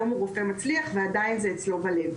היום הוא רופא מצליח ועדיין זה אצלו בלב.